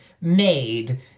made